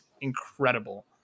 incredible